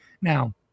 now